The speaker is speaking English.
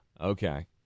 okay